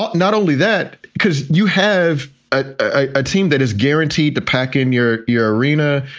not not only that, because you have a team that is guaranteed to pack in your your arena,